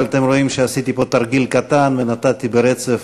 אבל אתם רואים שעשיתי פה תרגיל קטן ונתתי פה ברצף